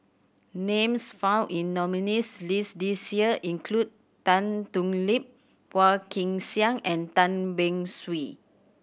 names found in nominees' list this year include Tan Thoon Lip Phua Kin Siang and Tan Beng Swee